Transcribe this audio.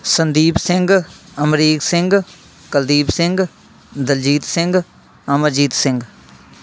Sandeep Singh Amrik Singh Kuldeep Singh Daljit Singh Amarjit Singh